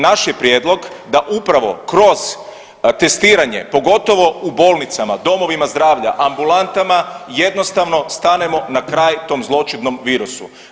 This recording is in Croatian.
Naš je prijedlog da upravo kroz testiranje pogotovo u bolnicama, domovima zdravlja, ambulantama jednostavno stanemo na kraj tom zloćudnom virusu.